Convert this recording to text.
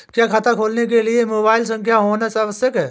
क्या खाता खोलने के लिए मोबाइल संख्या होना आवश्यक है?